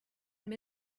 just